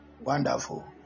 Wonderful